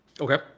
Okay